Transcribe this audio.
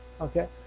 Okay